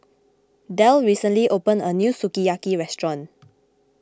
Del recently opened a new Sukiyaki restaurant